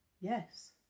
Yes